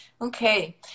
Okay